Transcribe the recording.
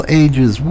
ages